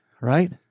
right